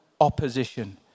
opposition